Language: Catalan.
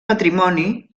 matrimoni